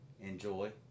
Enjoy